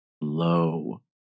low